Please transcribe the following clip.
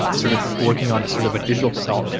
ah sort of working on a sort of a digital pathology.